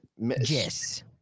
Yes